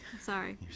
Sorry